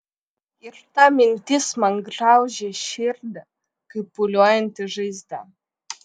ir ta mintis man graužia širdį kaip pūliuojanti žaizda